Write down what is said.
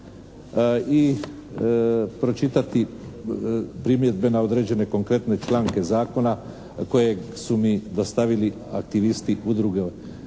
i pročitati primjedbe na određene konkretne članke zakona koje su mi dostavili aktivisti udruge